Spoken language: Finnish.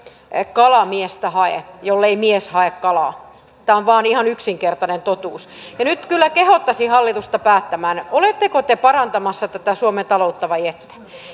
kala miestä hae jollei mies hae kalaa tämä on vain ihan yksinkertainen totuus nyt kyllä kehottaisin hallitusta päättämään oletteko te parantamassa tätä suomen taloutta vai ette